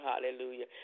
Hallelujah